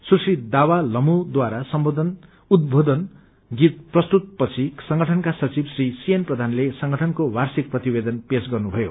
सुश्री दावा लम्डुद्वारा उद्वोधन गीत प्रस्तुत पछि संगठनका सविव श्री सीएन प्रधानले संगठनको वार्षिक प्रतिवेदन पेश गर्नुभयो